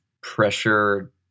pressure